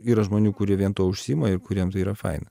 yra žmonių kurie vien tuo užsiima ir kuriem tai yra faina